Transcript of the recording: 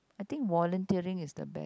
I think volunteering is the best